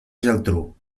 geltrú